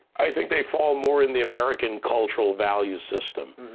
i think they fall more in the american cultural values system.